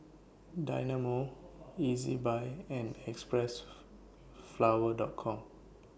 Dynamo Ezbuy and Xpressflower Com